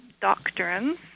doctrines